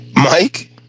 Mike